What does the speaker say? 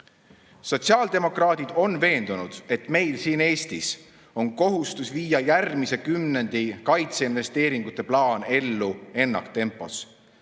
Sotsiaaldemokraadid on veendunud, et meil siin Eestis on kohustus viia järgmise kümnendi kaitseinvesteeringute plaan ellu ennaktempos.